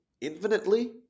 infinitely